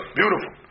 beautiful